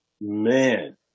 Man